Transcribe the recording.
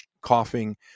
coughing